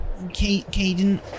Caden